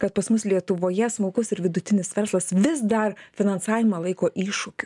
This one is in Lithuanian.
kad pas mus lietuvoje smulkus ir vidutinis verslas vis dar finansavimą laiko iššūkiu